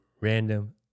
random